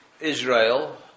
Israel